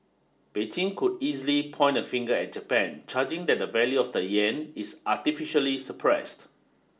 Beijing could easily point a finger at Japan charging that the value of the yen is artificially suppressed